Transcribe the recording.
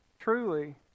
truly